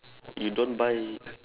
you don't buy